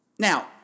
Now